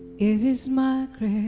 it is margaret